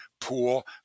pool